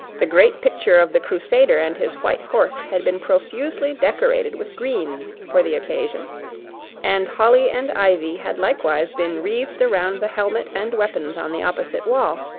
the great picture of the crusader and his white horse had been profusely decorated with greens for the occasion and holly and ivy had likewise been wreathed around the helmet and weapons on the opposite wall,